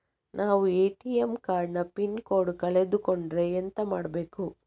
ನಾವು ATM card ನ pin code ಕಳೆದು ಕೊಂಡ್ರೆ ಎಂತ ಮಾಡ್ಬೇಕು?